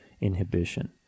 inhibition